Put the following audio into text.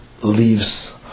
leaves